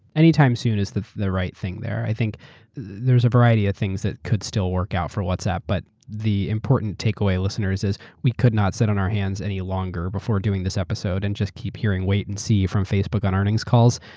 anytime soon as the the right thing there. i think there's a variety of things that could still work out for whatsapp, but the important takeaway, listeners, is we could not sit on our hands any longer before doing this episode and just keep hearing wait and see from facebook on earnings calls.